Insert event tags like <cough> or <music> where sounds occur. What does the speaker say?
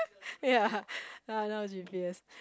ya <laughs> ya now G_P_S